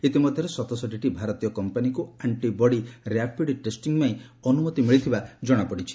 ଇତିମଧ୍ଧରେ ସତଷଠିଟି ଭାରତୀୟ କମ୍ମାନୀକୁ ଆଣ୍ଟିବଡି ର୍ୟାପିଡ୍ ଟେଷ୍ଟିଂ ପାଇଁ ଅନୁମତି ମିଳିଥିବା ଜଣାପଡ଼ିଛି